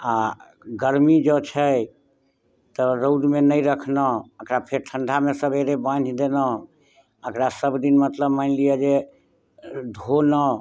आ गर्मी जँ छै तऽ रौदमे नहि रखलहुँ अकरा फेर ठण्डा मे सबेरे बान्हि देलहुँ अकरा सब दिन मतलब मानि लिअ जे धोलहुँ